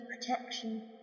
protection